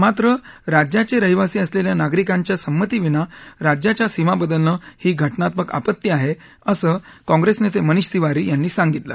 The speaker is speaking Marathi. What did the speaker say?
मात्र राज्याचे रहिवासी असलेल्या नागरीकांच्या संमतीविना राज्याच्या सीमा बदलणं ही घटनात्मक आपत्ती आहे असं काँग्रेस नेते मनिष तिवारी यांनी सांगितलं